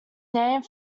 name